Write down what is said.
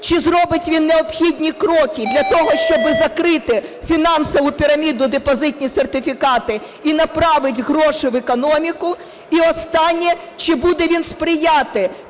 Чи зробить він необхідні кроки для того, щоб закрити фінансову піраміду, депозитні сертифікати, і направить гроші в економіку? І останнє. Чи буде він сприяти